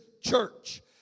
church